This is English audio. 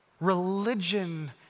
Religion